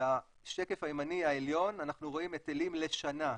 בשקף הימני העליון אנחנו רואים היטלים לשנה,